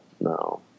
no